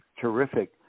terrific